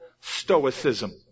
Stoicism